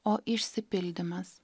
o išsipildymas